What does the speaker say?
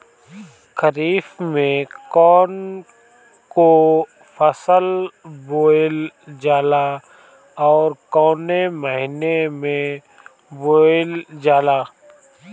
खरिफ में कौन कौं फसल बोवल जाला अउर काउने महीने में बोवेल जाला?